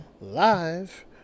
live